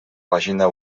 pàgina